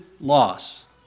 loss